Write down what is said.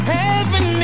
heaven